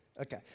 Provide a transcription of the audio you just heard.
Okay